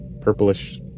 purplish